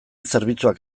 zerbitzuak